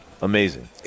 Amazing